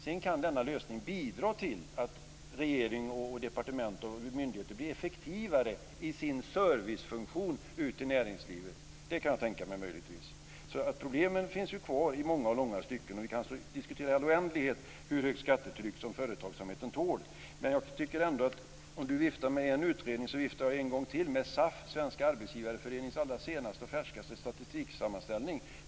Sedan kan denna lösning bidra till att regering, departement och myndigheter blir effektivare i sin servicefunktion ut mot näringslivet. Det kan jag möjligtvis tänka mig. Problemen finns alltså kvar i många och långa stycken. Vi kan också diskutera i all oändlighet hur högt skattetryck som företagsamheten tål. Men om Karin Falkmer viftar med en utredning viftar jag en gång till med SAF:s, Svenska Arbetsgivareföreningens, allra senaste och färskaste statistiksammanställning.